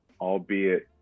albeit